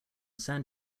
san